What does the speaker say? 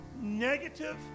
negative